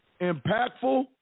impactful